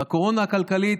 בקורונה הכלכלית,